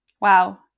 wow